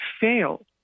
fail